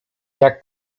jak